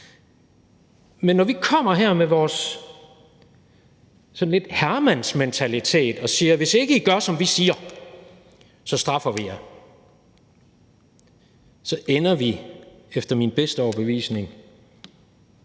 Men når vi kommer her med vores sådan lidt herremandsmentalitet og siger: Hvis ikke I gør, som vi siger, så straffer vi jer – så ender vi efter min bedste overbevisning